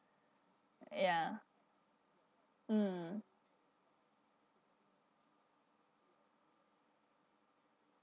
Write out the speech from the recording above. ya mm